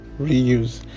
reuse